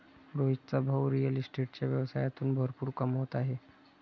रोहितचा भाऊ रिअल इस्टेटच्या व्यवसायातून भरपूर कमवत आहे